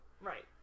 Right